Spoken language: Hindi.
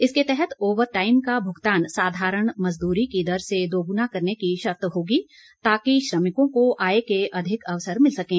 इसके तहत ओवर टाइम का भुगतान साधारण मजदूरी की दर से दोगुना करने की शर्त होगी ताकि श्रमिकों को आय के अधिक अवसर मिल सकें